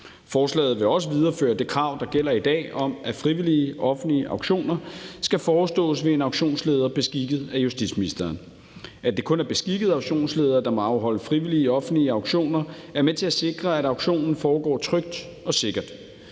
Forslaget vil også videreføre det krav, der gælder i dag, om, at frivillige offentlige auktioner skal forestås ved en auktionsleder beskikket af justitsministeren. At det kun er beskikkede auktionsledere, der må afholde frivillige offentlige auktioner, er med til at sikre, at auktionen foregår trygt og sikkert.